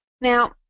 Now